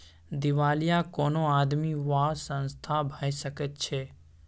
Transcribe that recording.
दिवालिया कोनो आदमी वा संस्था भए सकैत छै